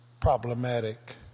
problematic